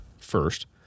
first